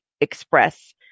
express